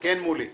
כן, מולי.